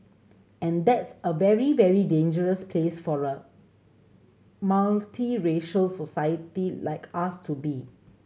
and that's a very very dangerous place for a multiracial society like us to be